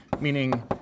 meaning